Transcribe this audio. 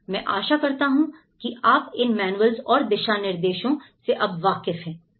मैं आशा करता हूं कि अब आप इन मैनुएल्स और दिशा निर्देशों से अब वाक़िफ़ है